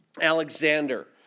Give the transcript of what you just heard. Alexander